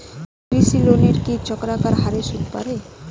কৃষি লোনের কি চক্রাকার হারে সুদ বাড়ে?